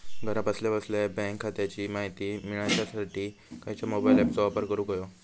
घरा बसल्या बसल्या बँक खात्याची माहिती मिळाच्यासाठी खायच्या मोबाईल ॲपाचो वापर करूक होयो?